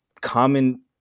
common